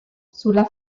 sulla